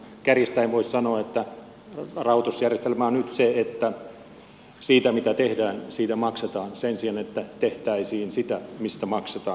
kärjistäen voisi sanoa että rahoitusjärjestelmä on nyt se että siitä mitä tehdään siitä maksetaan sen sijaan että tehtäisiin sitä mistä maksetaan